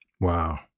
Wow